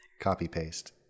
Copy-paste